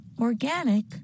Organic